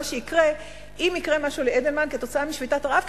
שיקרה אם יקרה משהו לאידלמן כתוצאה משביתת רעב,